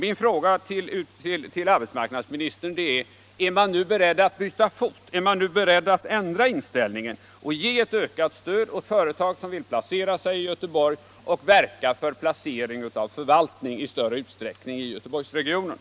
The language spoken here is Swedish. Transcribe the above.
Min fråga till arbetsmarknadsministern är: Är man nu beredd att byta fot? Är man beredd att ge ett ökat stöd åt företag som vill placera sig i Göteborgsregionen och att verka för placering av förvaltning i större utsträckning i Göteborgsområdet?